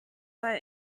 but